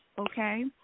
okay